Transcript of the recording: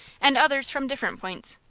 and others from different points.